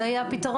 זה יהיה הפיתרון.